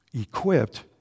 equipped